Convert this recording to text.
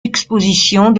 expositions